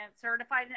certified